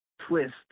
twist